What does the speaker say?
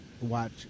watch